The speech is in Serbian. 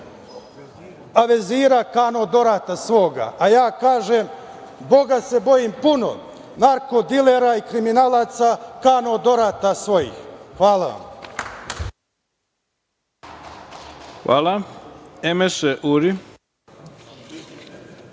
a vezira kano dorata svoga. Ja kažem - Boga se bojim puno, narko dilera i kriminalaca kano dorata svojih. Hvala vam.